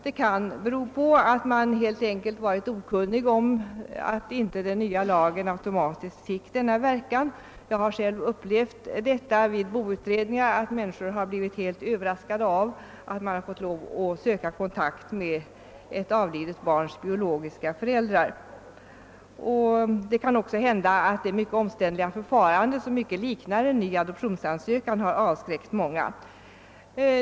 Man kan helt enkelt ha varit okunnig om att inte den nya lagen automatiskt fick denna verkan — jag har själv vid boutredningar upplevt att människor blivit överraskade av att de fått söka kontakt med ett avlidet barns biologiska föräldrar. Det kan också ha varit så att det omständliga förfarandet, som mycket liknar en ny adoptionsansökan, har avskräckt många.